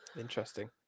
Interesting